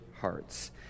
hearts